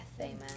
Amen